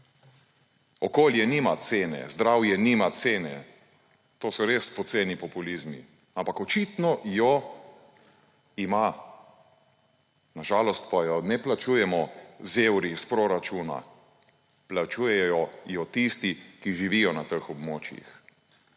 Okolje nima cene, zdravje nima cene, to so res poceni populizmi, ampak očitno jo ima. Na žalost pa je ne plačujemo z evri iz proračuna, plačujejo jo tisti, ki živijo na teh območjih,